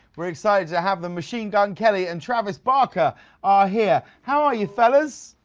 we're excited to have them, machine gun kelly and travis barker are here. how are you, fellas?